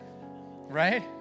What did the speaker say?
right